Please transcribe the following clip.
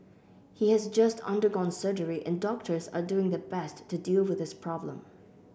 he has just undergone surgery and doctors are doing their best to deal with his problem